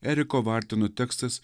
eriko vartino tekstas